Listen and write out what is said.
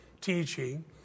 teaching